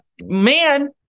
man